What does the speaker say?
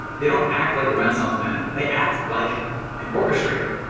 they don't act like a renaissance men. they act like an orchestrator.